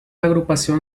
agrupación